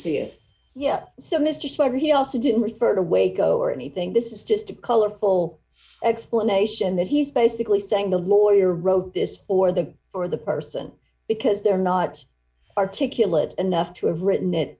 see it yet so mr snyder he also didn't refer to waco or anything this is just a colorful explanation that he's basically saying the lawyer wrote this or that or the person because they're not articulate enough to have written it